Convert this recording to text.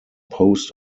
post